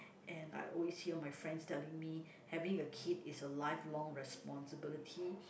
and I always hear my friends telling me having a kid is a lifelong responsibility